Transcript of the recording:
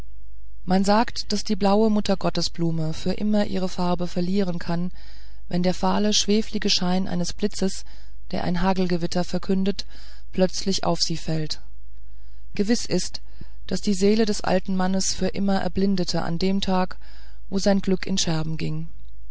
man sagt daß die blaue muttergottesblume für immer ihre farbe verlieren kann wenn der fahle schweflige schein eines blitzes der ein hagelwetter verkündet plötzlich auf sie fällt gewiß ist daß die seele des alten mannes für immer erblindete an dem tage wo sein gluck in scherben ging